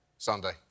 Sunday